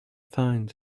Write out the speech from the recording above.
finds